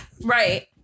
Right